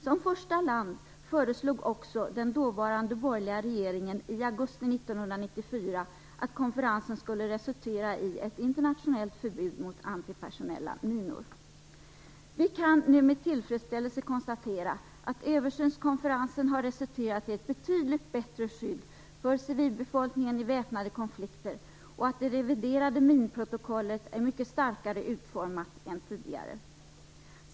Som första land föreslog Sverige genom den dåvarande borgerliga regeringen i augusti 1994 att Översynskonferensen skulle resultera i ett internationellt förbud mot antipersonella minor. Vi kan nu med tillfredsställelse konstatera att konferensen har resulterat i ett betydligt bättre skydd för civilbefolkningen i väpnade konflikter och att det reviderade minprotokollet är mycket starkare utformat än det tidigare.